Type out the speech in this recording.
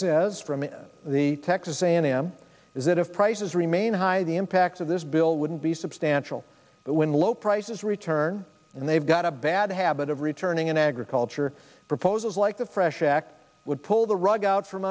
says from the texas a and m is that if prices remain high the impacts of this bill wouldn't be substantial but when low prices return and they've got a bad habit of returning in agriculture proposals like the fresh act would pull the rug out from